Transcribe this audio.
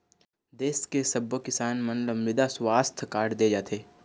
देस के सब्बो किसान मन ल मृदा सुवास्थ कारड दे जाथे